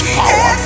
power